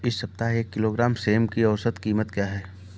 इस सप्ताह एक किलोग्राम सेम की औसत कीमत क्या है?